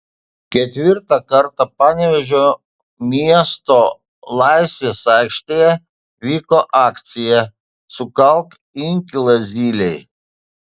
ketvirtą kartą panevėžio miesto laisvės aikštėje vyko akcija sukalk inkilą zylei